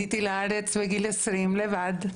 עליתי לארץ בגיל עשרים, לבד,